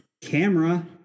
camera